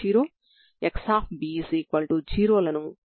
Xx స్వీయ అనుబంధం రూపంలో ఉన్నట్లు మనం చూడవచ్చు